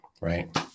Right